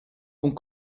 und